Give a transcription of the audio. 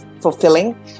fulfilling